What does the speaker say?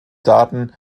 daten